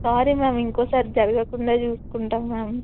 sorry ma'am ఇంకోసారి జరగకుండా చూసుకుంటాం మ్యామ్